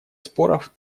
споров